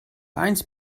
eins